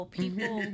people